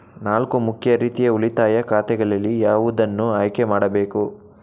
ನಾಲ್ಕು ಮುಖ್ಯ ರೀತಿಯ ಉಳಿತಾಯ ಖಾತೆಗಳಲ್ಲಿ ಯಾವುದನ್ನು ಆಯ್ಕೆ ಮಾಡಬೇಕು?